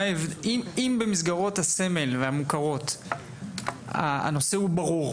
אם במסגרות הסמל ובמסגרות המוכרות הנושא ברור